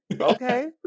okay